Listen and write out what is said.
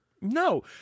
No